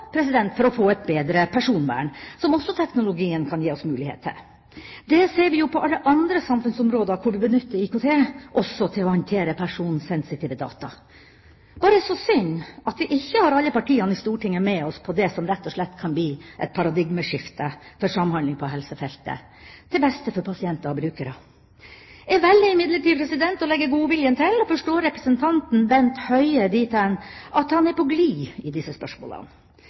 for å få et bedre personvern, som også teknologien kan gi oss mulighet til. Det ser vi jo på alle andre samfunnsområder der vi benytter IKT – også til å håndtere personsensitive data. Det er bare så synd at vi ikke har alle partiene i Stortinget med oss på det som rett og slett kan bli et paradigmeskifte for samhandling på helsefeltet, til beste for pasienter og brukere. Jeg velger imidlertid å legge godviljen til og forstår representanten Bent Høie dit hen at han er på glid i disse spørsmålene.